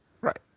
Right